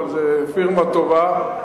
אבל זו פירמה טובה.